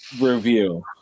review